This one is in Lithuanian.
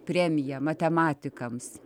premija matematikams